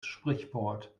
sprichwort